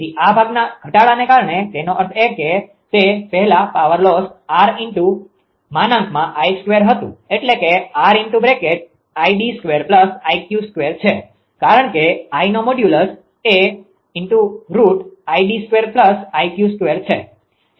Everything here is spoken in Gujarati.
તેથી આ ભાગના ઘટાડાને કારણે તેનો અર્થ એ કે તે પહેલાં પાવર લોસ 𝑅|𝐼|2 હતું એટલે કે છે કારણ કે Iનો મોડ્યુલસmodulusઘનક એ છે